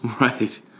Right